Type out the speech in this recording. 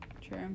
True